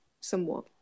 somewhat